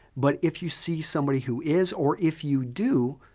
but if you see somebody who is or if you do,